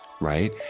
Right